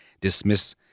dismiss